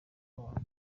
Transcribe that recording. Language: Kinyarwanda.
wawe